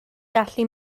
gallu